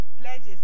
pledges